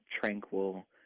tranquil